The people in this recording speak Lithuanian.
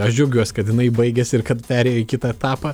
aš džiaugiuos kad jinai baigėsi ir kad perėjo į kitą etapą